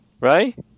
right